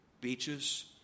Beaches